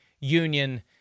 union